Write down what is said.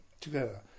together